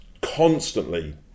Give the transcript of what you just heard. constantly